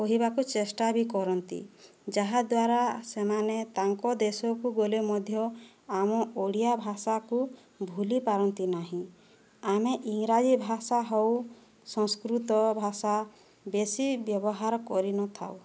କହିବାକୁ ଚେଷ୍ଟା ବି କରନ୍ତି ଯାହାଦ୍ୱାରା ସେମାନେ ତାଙ୍କ ଦେଶକୁ ଗଲେ ମଧ୍ୟ ଆମ ଓଡ଼ିଆ ଭାଷାକୁ ଭୁଲିପାରନ୍ତି ନାହିଁ ଆମେ ଇଂରାଜୀ ଭାଷା ହେଉ ସଂସ୍କୃତ ଭାଷା ବେଶି ବ୍ୟବହାର କରିନଥାଉ